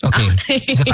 Okay